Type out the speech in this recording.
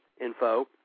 info